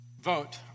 vote